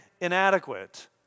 inadequate